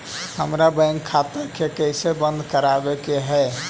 हमर बैंक खाता के कैसे बंद करबाबे के है?